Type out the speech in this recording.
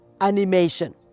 animation